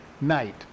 night